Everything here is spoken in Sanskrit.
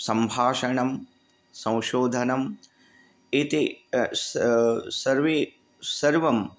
सम्भाषणं संशोधनं इति स सर्वे सर्वं